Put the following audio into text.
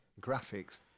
graphics